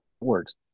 works